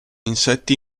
insetti